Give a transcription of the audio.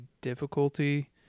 difficulty